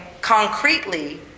concretely